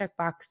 checkbox